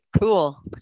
cool